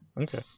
Okay